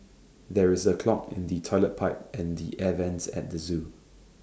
there is A clog in the Toilet Pipe and the air Vents at the Zoo